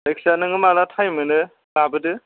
जायखिजाया नोङो माला टाइम मोनो लाबोदो